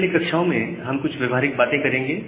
आने वाली कक्षाओं में हम कुछ व्यवहारिक बातें करेंगे